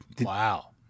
wow